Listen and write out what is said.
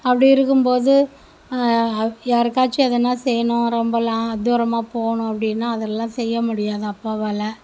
அப்படி இருக்கும்போது யாருக்காச்சும் எதன்னா செய்யணும் ரொம்ப லா தூரமாக போகணும் அப்படின்னா அதல்லாம் செய்ய முடியாது அப்பாவால்